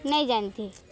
ନେଇ ଯାଆନ୍ତି